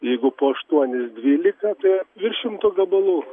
jeigu po aštuonis dvylika tai apie virš šimto gabalų